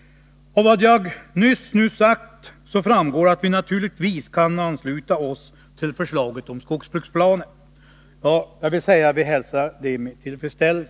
Av vad jag nyss sagt framgår att vi naturligtvis kan ansluta oss till förslaget om skogsbruksplaner, ja, jag vill säga att vi hälsar det med tillfredsställelse.